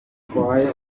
route